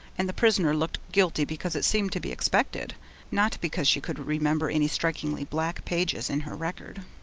and the prisoner looked guilty because it seemed to be expected not because she could remember any strikingly black pages in her record.